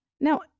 Now